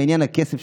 בעניין הכסף,